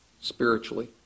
spiritually